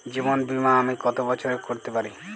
জীবন বীমা আমি কতো বছরের করতে পারি?